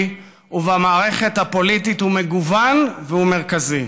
ובמערכת הפוליטית הוא מגוון והוא מרכזי.